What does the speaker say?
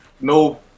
no